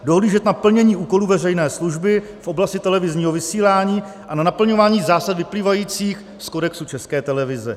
dohlížet na plnění úkolů veřejné služby v oblasti televizních vysílání a na naplňování zásad vyplývajících z Kodexu České televize;